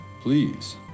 please